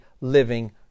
living